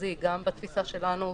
המרכזי גם בתפיסה שלנו,